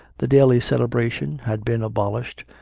the daily celebration had been abolished,